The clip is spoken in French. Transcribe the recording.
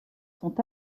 sont